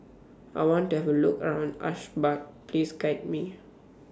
I want to Have A Look around Ashgabat Please Guide Me